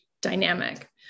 dynamic